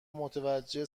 متوجه